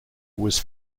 was